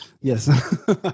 Yes